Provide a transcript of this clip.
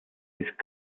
ist